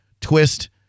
twist